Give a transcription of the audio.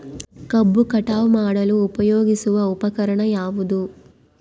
ಕಬ್ಬು ಕಟಾವು ಮಾಡಲು ಉಪಯೋಗಿಸುವ ಉಪಕರಣ ಯಾವುದು?